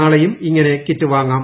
നാളെയും ഇങ്ങനെ കിറ്റ് വാങ്ങാം